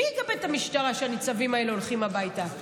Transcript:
מי יגבה את המשטרה, כשהנציבים האלה הולכים הביתה?